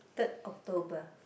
third October